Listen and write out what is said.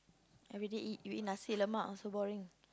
everyday eat you eat Nasi-Lemak also boring